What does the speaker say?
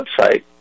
website